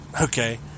okay